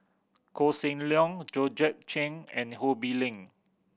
Koh Seng Leong Georgette Chen and Ho Bee Ling